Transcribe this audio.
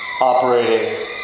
operating